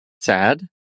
sad